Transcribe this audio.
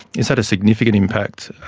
it's had a significant impact,